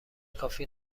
کافی